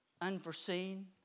unforeseen